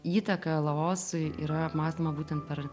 įtaką laosui yra apmąstoma būtent per